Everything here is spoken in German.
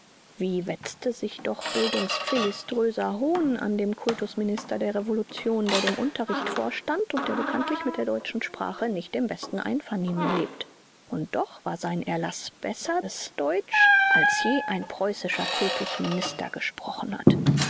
wie wetzte sich doch bildungsphiliströser hohn an dem kultusminister der revolution der dem unterricht vorstand und der bekanntlich mit der deutschen sprache nicht im besten einvernehmen lebt und doch war sein erlaß besseres deutsch als je ein preußischer kultusminister gesprochen hat